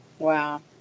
Wow